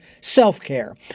self-care